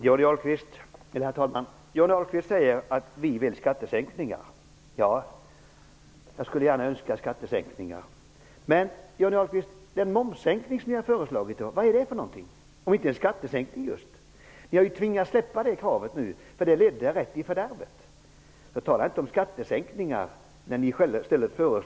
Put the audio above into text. Herr talman! Johnny Ahlqvist säger att vi vill ha skattesänkningar. Ja, jag skulle gärna önska skattesänkningar. Men den momssänkning som ni har föreslagit, Johnny Ahlqvist, vad är det för något om inte en skattesänkning? Ni har ju tvingats släppa det kravet nu. Det ledde rätt i fördärvet. Tala inte om skattesänkningar när ni föreslår ökningar själva!